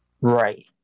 Right